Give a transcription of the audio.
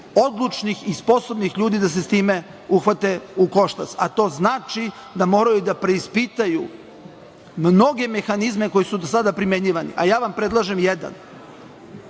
odlučnih i sposobnih ljudi da se sa tim uhvate u koštac, a to znači da moraju da preispitaju mnoge mehanizme koji su do sada primenjivani, a ja vam predlažem jedan.